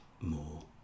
more